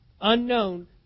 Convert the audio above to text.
unknown